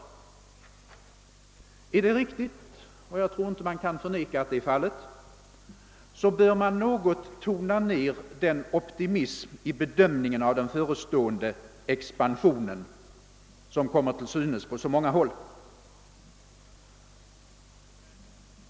Är dessa antaganden riktiga — och jag tror inte att man kan förneka att så är fallet — bör man något tona ned den optimism i bedömningen av den förestående expansionen som kommer till synes på så många håll.